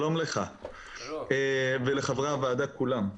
שלום לך ולחברי הוועדה כולם.